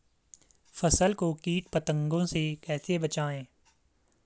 फसल को कीट पतंगों से कैसे बचाएं?